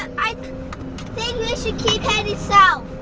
i think we should keep heading south.